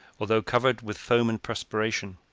although covered with foam and perspiration.